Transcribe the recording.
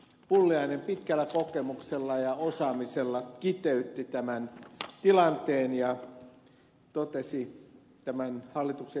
pulliainen pitkällä kokemuksella ja osaamisella kiteytti tämän tilanteen ja totesi tämän hallituksen esityksen luonteen